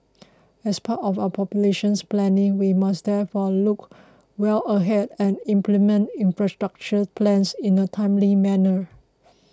as part of our populations planning we must therefore look well ahead and implement infrastructure plans in a timely manner